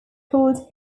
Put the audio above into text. called